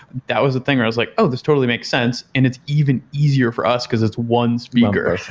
that was a thing where i was like, oh! this totally makes sense, and it's even easier for us, because it's one speaker.